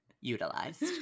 utilized